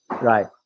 right